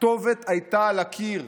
הכתובת הייתה על הקיר,